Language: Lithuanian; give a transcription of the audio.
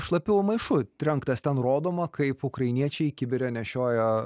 šlapiu maišu trenktas ten rodoma kaip ukrainiečiai kibire nešioja